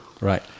Right